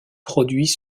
produits